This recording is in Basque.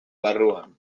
barruan